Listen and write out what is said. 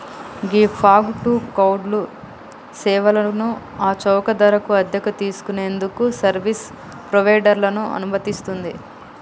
ghee fog to cloud సేవలను ఆ చౌక ధరకు అద్దెకు తీసుకు నేందుకు సర్వీస్ ప్రొవైడర్లను అనుమతిస్తుంది